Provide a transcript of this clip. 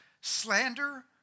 slander